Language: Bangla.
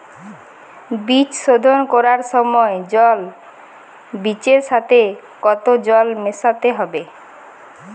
বীজ শোধন করার সময় জল বীজের সাথে কতো জল মেশাতে হবে?